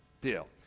deal